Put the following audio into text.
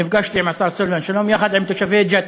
נפגשתי עם השר סילבן שלום יחד עם תושבי ג'ת,